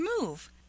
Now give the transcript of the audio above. move